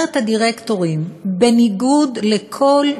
נבחרת דירקטורים בניגוד לכל,